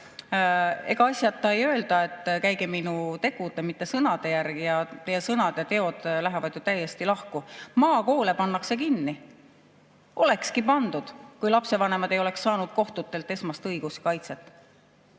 Ega asjata ei öelda, et käige minu tegude, mitte sõnade järgi. Teie sõnad ja teod lähevad ju täiesti lahku. Maakoole pannakse kinni, olekski pandud, kui lapsevanemad ei oleks saanud kohtutelt esmast õiguskaitset.